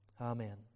Amen